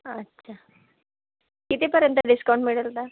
अच्छा कितीपर्यंत डिस्काउंट मिळेल बुवा